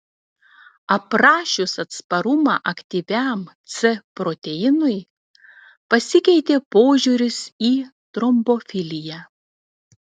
aprašius atsparumą aktyvintam c proteinui pasikeitė požiūris į trombofiliją